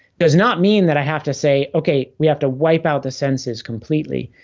does not mean that i have to say, okay we have to wipe out the senses completely.